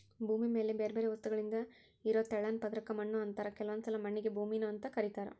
ಭೂಮಿ ಮ್ಯಾಲೆ ಬ್ಯಾರ್ಬ್ಯಾರೇ ವಸ್ತುಗಳಿಂದ ಇರೋ ತೆಳ್ಳನ ಪದರಕ್ಕ ಮಣ್ಣು ಅಂತಾರ ಕೆಲವೊಂದ್ಸಲ ಮಣ್ಣಿಗೆ ಭೂಮಿ ಅಂತಾನೂ ಕರೇತಾರ